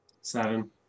Seven